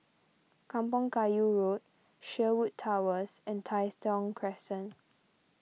Kampong Kayu Road Sherwood Towers and Tai Thong Crescent